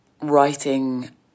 writing